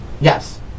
yes